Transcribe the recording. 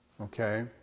Okay